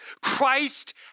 Christ